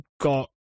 got